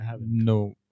No